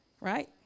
right